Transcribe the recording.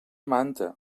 manta